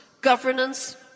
governance